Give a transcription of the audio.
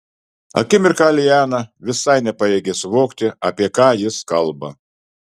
akimirką liana visai nepajėgė suvokti apie ką jis kalba